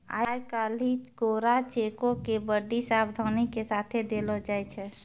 आइ काल्हि कोरा चेको के बड्डी सावधानी के साथे देलो जाय छै